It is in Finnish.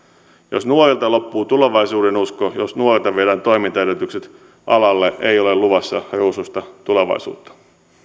jos nuorilta loppuu tulevaisuudenusko jos nuorilta viedään toimintaedellytykset alalle ei ole luvassa ruusuista tulevaisuutta